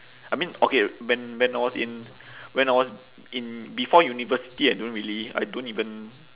I mean okay when when I was in when I was in before university I don't really I don't even